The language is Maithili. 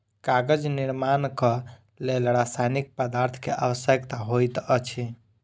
कागज निर्माणक लेल रासायनिक पदार्थ के आवश्यकता होइत अछि